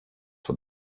what